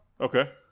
Okay